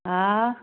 ꯍꯥ